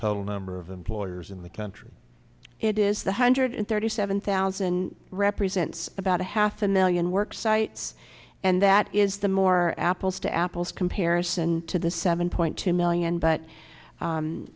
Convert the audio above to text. total number of employers in the country it is the hundred thirty seven thousand represents about a half a million work sites and that is the more apples to apples comparison to the seven point two million but